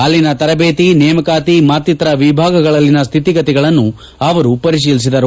ಅಲ್ಲಿನ ತರಬೇತಿ ನೇಮಕಾತಿ ಮತ್ತಿತರ ವಿಭಾಗಗಳಲ್ಲಿನ ಸ್ಹಿತಿಗತಿಗಳನ್ನು ಅವರು ಪರಿಶೀಲಿಸಿದರು